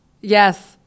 Yes